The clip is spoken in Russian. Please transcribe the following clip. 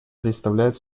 представляет